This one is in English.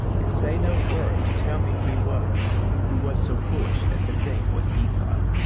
and say no word to tell me who he was who was so foolish as to think what he thought.